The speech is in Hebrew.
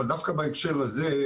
אבל דווקא בהקשר הזה,